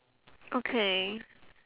okay